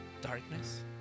darkness